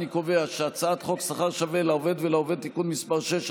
אני קובע שהצעת חוק שכר שווה לעובדת ולעובד (תיקון מס' 6),